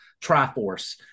triforce